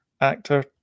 actor